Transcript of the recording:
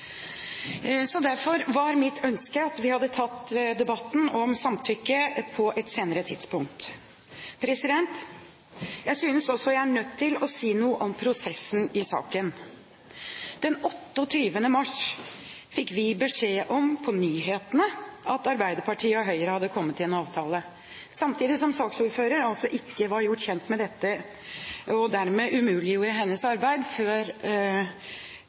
så derfor var mitt ønske at vi hadde tatt debatten om samtykke på et senere tidspunkt. Jeg synes også jeg er nødt til å si noe om prosessen i saken. Den 28. mars fikk vi beskjed – på nyhetene – om at Arbeiderpartiet og Høyre hadde kommet til en avtale, samtidig som saksordfører altså ikke var gjort kjent med dette. Det umuliggjorde dermed hennes arbeid før